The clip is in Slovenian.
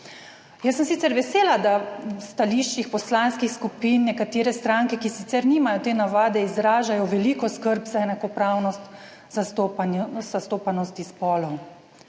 Jaz sem sicer vesela, da v stališčih poslanskih skupin nekatere stranke, ki sicer nimajo te navade, izražajo veliko skrb za enakopravnost zastopanosti spolov,